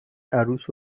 عروس